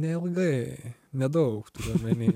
neilgai nedaug turiu omeny